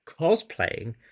cosplaying